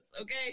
okay